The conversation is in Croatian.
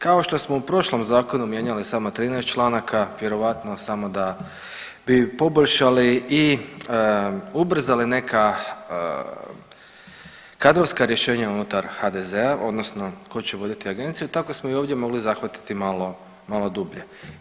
Kao što su prošlom zakonu mijenjali samo 13 članaka vjerojatno samo da bi poboljšali i ubrzali neka kadrovska rješenja unutar HDZ-a odnosno tko će voditi agenciju tako smo i ovdje mogli zahvatiti malo, malo dublje.